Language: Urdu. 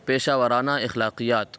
پیشہ وارانہ اخلاقیات